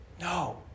no